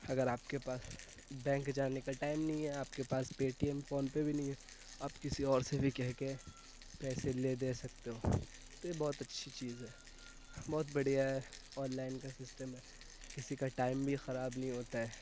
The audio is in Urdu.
اگر آپ کے پاس بینک جانے کا ٹائم نہیں ہے آپ کے پاس پے ٹی ایم فون پے بھی نہیں ہے آپ کسی اور سے بھی کہہ کے پیسے لے دے سکتے ہو تو یہ بہت اچھی چیز ہے بہت بڑھیا ہے آن لائن کا سسٹم ہے کسی کا ٹائم بھی خراب بھی نہیں ہوتا ہے